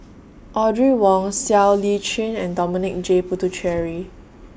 Audrey Wong Siow Lee Chin and Dominic J Puthucheary